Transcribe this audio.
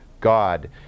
God